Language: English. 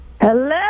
Hello